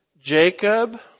Jacob